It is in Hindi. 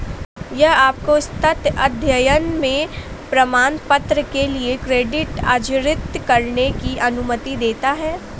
यह आपको सतत अध्ययन में प्रमाणपत्र के लिए क्रेडिट अर्जित करने की अनुमति देता है